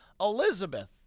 Elizabeth